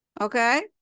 okay